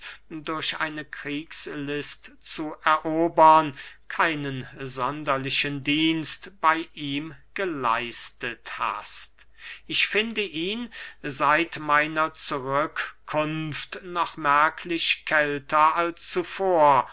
durch eine kriegslist zu erobern keinen sonderlichen dienst bey ihm geleistet hast ich finde ihn seit meiner zurückkunft noch merklich kälter als zuvor